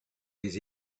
his